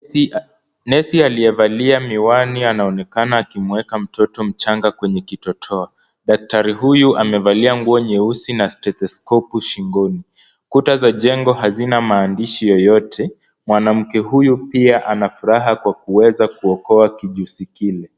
Nesi aliyevalia miwani anaonekana akimweka mtoto mchanga kwenye kitotoa. Daktari huyu amevalia nguo nyeusi na stetheskopu shingoni. Kuta za jengo hazina maandishi yoyote. Mwanamke huyu pia ana furaha kwa kuweza kuokoa kijusi kile.